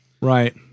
right